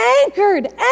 anchored